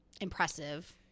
impressive